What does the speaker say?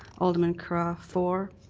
alderman carra for,